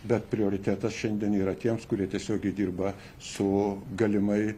bet prioritetas šiandien yra tiems kurie tiesiogiai dirba su galimai